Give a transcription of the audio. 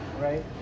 right